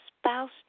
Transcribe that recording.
spouse